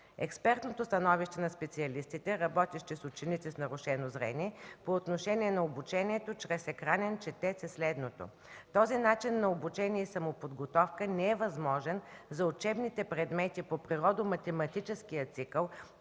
Експертното становище на специалистите, работещи с ученици с нарушено зрение по отношението на обучението чрез „Екранен четец”, е следното. Този начин на обучение и самоподготовка не е възможен за учебните предмети по природо-математическия цикъл,